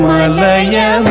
Malaya